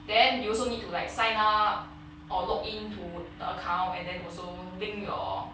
then you also need to like sign up or log into the account and then also link your